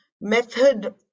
method